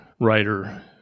writer